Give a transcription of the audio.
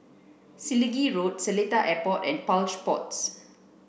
Selegie Road Seletar Airport and Plush Pods